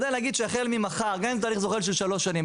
ואתה יודע להגיד שהחל ממחר גם אם זה תהליך זוחל של שלוש שנים,